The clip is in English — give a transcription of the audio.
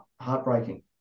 heartbreaking